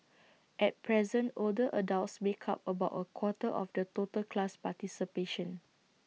at present older adults make up about A quarter of the total class participation